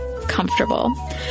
comfortable